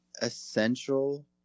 essential